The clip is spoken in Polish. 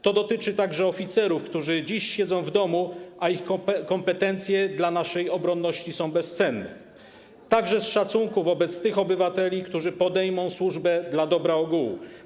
To dotyczy także oficerów, którzy dziś siedzą w domu, a ich kompetencje dla naszej obronności są bezcenne, także z szacunku wobec tych obywateli, którzy podejmą służbę dla dobra ogółu.